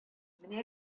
менә